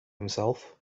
himself